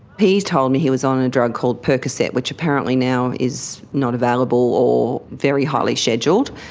he told me he was on a drug called percocet which apparently now is not available or very highly scheduled.